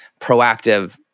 proactive